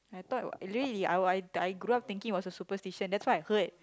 I thought what really I I I grow up thinking was a superstition that's what I heard